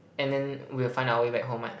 and then we'll find our way back home one